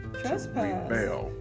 Trespass